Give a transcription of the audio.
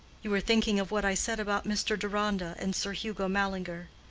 you are thinking of what i said about mr. deronda and sir hugo mallinger.